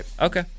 Okay